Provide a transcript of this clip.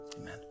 Amen